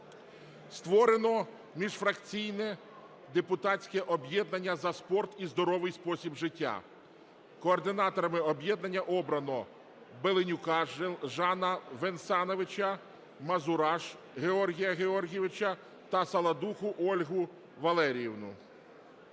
Створено міжфракційне депутатське об'єднання "За спорт і здоровий спосіб життя". Координаторами об'єднання обрано Беленюка Жана Венсановича, Мазурашу Георгія Георгійовича та Саладуху Ольгу Валеріївну.